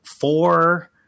four